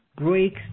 breaks